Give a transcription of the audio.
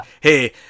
hey